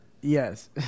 Yes